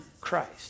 Christ